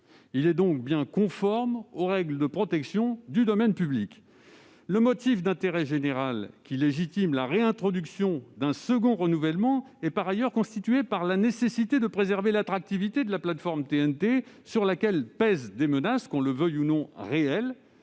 Il est donc bien conforme aux règles de protection du domaine public. Le motif d'intérêt général qui légitime la réintroduction d'un second renouvellement est par ailleurs constitué par la nécessité de préserver l'attractivité de la plateforme TNT, sur laquelle pèsent, qu'on le veuille ou non, des